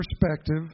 perspective